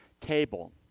table